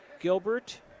Gilbert